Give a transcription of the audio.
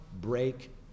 break